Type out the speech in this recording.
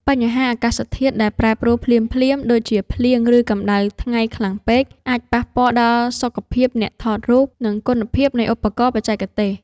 បញ្ហាអាកាសធាតុដែលប្រែប្រួលភ្លាមៗ ដូចជាភ្លៀង ឬកម្ដៅថ្ងៃខ្លាំងពេក អាចប៉ះពាល់ដល់សុខភាពអ្នកថតរូប និងគុណភាពនៃឧបករណ៍បច្ចេកទេស។